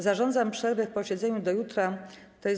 Zarządzam przerwę w posiedzeniu do jutra, tj.